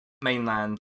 mainland